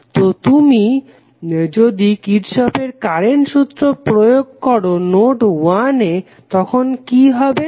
তো যদি তুমি কির্শফের কারেন্ট সূত্র Kirchhoff's Current Law প্রয়োগ করো নোড 1 এ তখন কি হবে